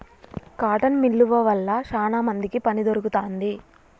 cotton మిల్లువ వల్ల శానా మందికి పని దొరుకుతాంది